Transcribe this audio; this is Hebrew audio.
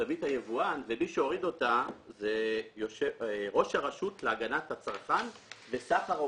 תווית היבואן ומי שהוריד אותה זה ראש הרשות להגנת הצרכן וסחר הוגן.